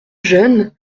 jeune